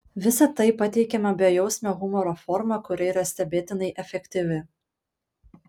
visa tai pateikiama bejausmio humoro forma kuri yra stebėtinai efektyvi